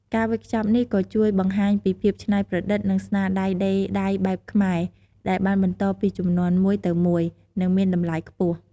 ការវេចខ្ចប់នេះក៏ជួយបង្ហាញពីភាពច្នៃប្រឌិត និងស្នាដៃដេរដៃបែបខ្មែរ ដែលបានបន្តពីជំនាន់មួយទៅមួយ និងមានតម្លៃខ្ពស់។